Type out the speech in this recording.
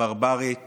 ברברית